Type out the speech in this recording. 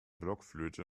blockflöte